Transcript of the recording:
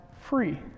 free